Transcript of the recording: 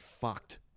fucked